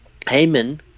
Heyman